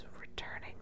returning